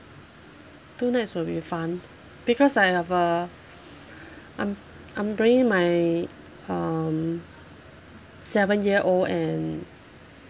two nights will be fun because I have a I'm I'm bringing my um seven year old and